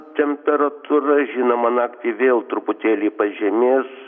temperatūra žinoma naktį vėl truputėlį pažemės